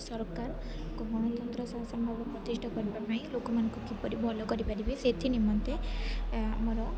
ସରକାର ଏକ ଗଣତନ୍ତ୍ର ଶାସନ ପ୍ରତିଷ୍ଠା କରିବା ପାଇଁ ଲୋକମାନଙ୍କୁ କିପରି ଭଲ କରିପାରିବେ ସେଥି ନିମେନ୍ତ ଆମର